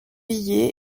villiers